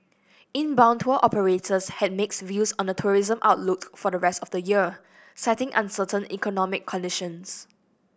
inbound tour operators had mixed views on the tourism outlook for the rest of the year citing uncertain economic conditions